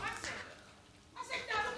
מה זה, מה זה ההתנהלות הזאת?